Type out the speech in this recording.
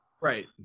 right